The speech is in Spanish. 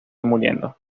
muriendo